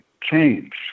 change